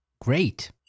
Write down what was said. Great